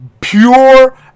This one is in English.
pure